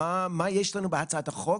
מה יש לנו בהצעת החוק,